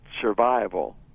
survival